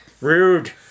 Rude